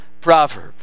proverb